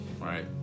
right